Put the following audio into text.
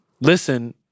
listen